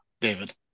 David